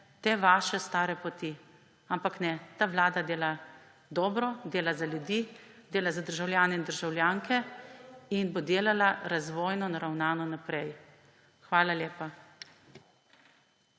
te vaše stare poti. Ampak ne, ta vlada dela dobro, dela za ljudi, dela za državljane in državljanke in bo delala razvojno naravnano naprej. Hvala lepa.